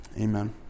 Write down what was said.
amen